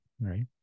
right